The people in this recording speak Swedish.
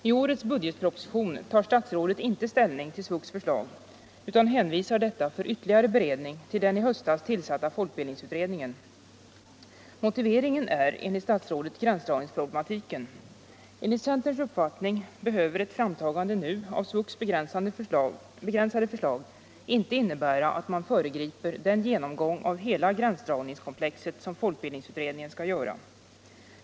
I årets budgetproposition tog statsrådet inte ställning till SVUX:s förslag utan hänvisade detta för ytterligare beredning till den i höstas tillsatta folkbildningsutredningen. Motiveringen är enligt statsrådet gränsdragningsproblematiken. Enligt centerns uppfattning behöver ett framtagande nu av SVUX:s begränsade förslag inte innebära att man föregriper den genomgång av hela gränsdragningskomplexet som folkbildningsutredningen skall göra.